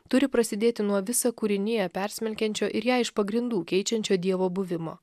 turi prasidėti nuo visą kūriniją persmelkiančių ir ją iš pagrindų keičiančių dievo buvimo